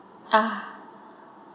ah